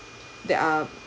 that are